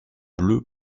bleu